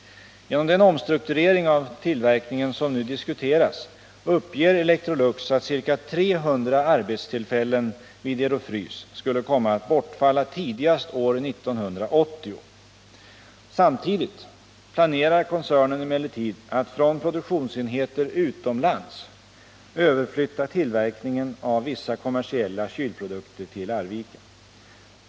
Genom den omstrukturering av tillverkningen som nu diskuteras uppger Electrolux att ca 300 arbetstillfällen vid Ero-Frys skulle komma att bortfalla tidigast år 1980. Samtidigt planerar koncernen emellertid att från produktionsenheter utomlands överflytta tillverkningen av vissa kommersiella kylprodukter till Arvika.